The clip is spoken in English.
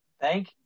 thank